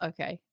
Okay